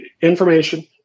information